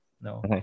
No